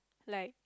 like